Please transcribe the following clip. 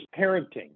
parenting